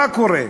מה קורה?